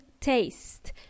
taste